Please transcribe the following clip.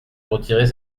retirer